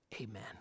amen